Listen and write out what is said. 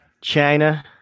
China